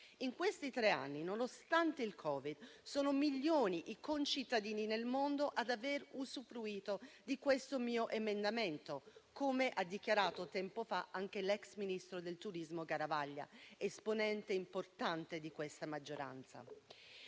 In questi tre anni, nonostante il Covid, sono milioni i concittadini nel mondo ad aver usufruito di questo mio emendamento, come ha dichiarato tempo fa anche l'ex ministro del turismo Garavaglia, esponente importante di questa maggioranza.